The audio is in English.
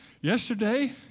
yesterday